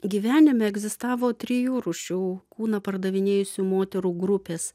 gyvenime egzistavo trijų rūšių kūną pardavinėjusių moterų grupės